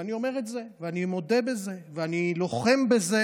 ואני אומר את זה ואני מודה בזה ואני לוחם בזה,